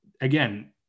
again